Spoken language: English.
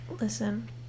Listen